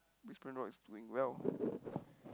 Brisbane-Roar is doing well